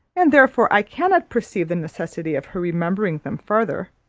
and therefore i cannot perceive the necessity of her remembering them farther.